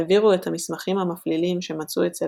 העבירו את המסמכים המפלילים שמצאו אצל